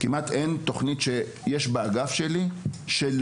נראה שכמעט אין תוכניות באגף שלי שלא